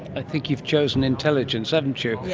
i think you've chosen intelligence, haven't you. yeah